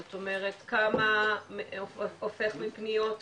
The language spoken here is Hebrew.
זאת אומרת כמה הופך לפניות?